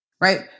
right